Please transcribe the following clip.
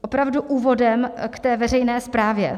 Opravdu úvodem k té veřejné správě.